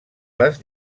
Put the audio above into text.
les